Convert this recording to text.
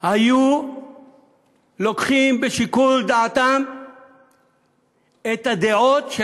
היו לוקחים בשיקול דעתם את הדעות של